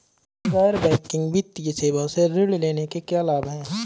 गैर बैंकिंग वित्तीय सेवाओं से ऋण लेने के क्या लाभ हैं?